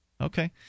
Okay